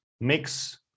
mix